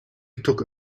took